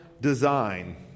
design